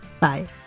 Bye